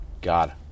God